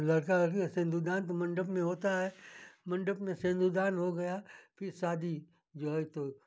लड़का लड़की का सिंदूरदान तो मंडप में होता है मंडप में सिंदूरदान हो गया फिर शादी जो है तो